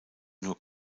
nur